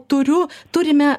turiu turime